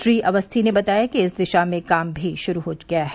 श्री अवस्थी ने बताया कि इस दिशा में काम भी शुरू हो गया है